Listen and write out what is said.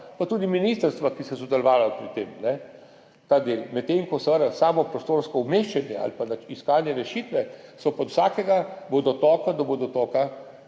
pa tudi ministrstva, ki so sodelovala pri tem. Ta del. Medtem ko so pa seveda za samo prostorsko umeščanje ali iskanje rešitve pa od vsakega vodotoka do vodotoka